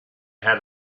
had